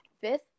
fifth